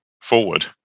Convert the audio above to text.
forward